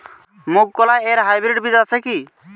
মুগকলাই এর হাইব্রিড বীজ আছে কি?